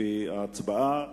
לפי ההצבעה,